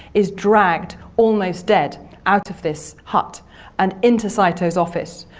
is dragged almost dead out of this hut and into saito's office.